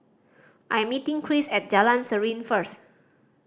I'm meeting Chris at Jalan Serene first